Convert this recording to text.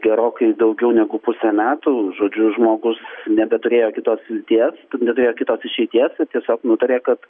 gerokai daugiau negu pusę metų žodžiu žmogus nebeturėjo kitos vilties neturėjo kitos išeities ir tiesiog nutarė kad